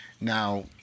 Now